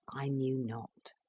i knew not.